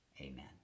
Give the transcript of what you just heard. amen